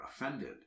offended